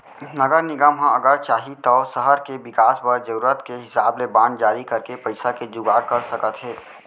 नगर निगम ह अगर चाही तौ सहर के बिकास बर जरूरत के हिसाब ले बांड जारी करके पइसा के जुगाड़ कर सकत हे